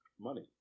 money